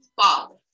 father